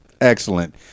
Excellent